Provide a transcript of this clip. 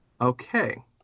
Okay